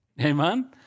Amen